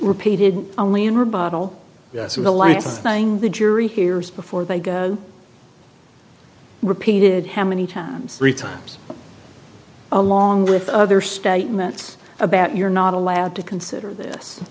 so the last thing the jury hears before they go repeated how many times three times along with other statements about you're not allowed to consider this